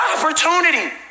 opportunity